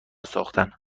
ساختن